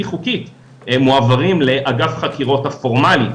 חוקית מועברים לאגף החקירות הפורמלי.